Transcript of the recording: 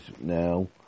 now